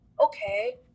okay